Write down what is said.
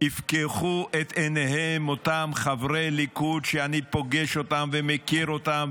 יפקחו את עיניהם אותם חברי ליכוד שאני פוגש אותם ומכיר אותם,